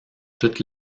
toute